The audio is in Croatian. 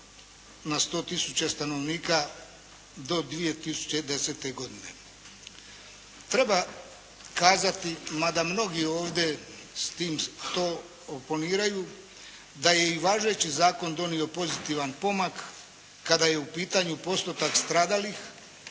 na 100 tisuća stanovnika do 2010. godine. Treba kazati mada mnogi ovdje s time, to …/Govornik se ne razumije./… da je i važeći zakon donio pozitivan pomak kada je u pitanju postotak stradalih.